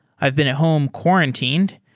i've been at home quarantined,